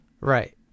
Right